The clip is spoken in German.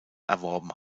erworben